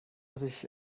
sich